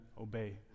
obey